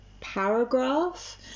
paragraph